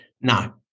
No